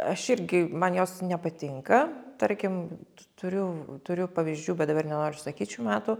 aš irgi man jos nepatinka tarkim tu turiu turiu pavyzdžių bet dabar nenoriu sakyt šių metų